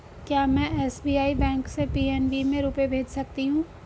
क्या में SBI bank से पी.एन.बी में रुपये भेज सकती हूँ?